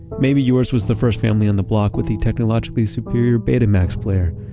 maybe yours was the first family on the block with the technologically-savvy, superior betamax player,